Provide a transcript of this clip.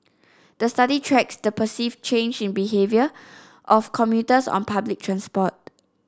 the study tracks the perceived change in behaviour of commuters on public transport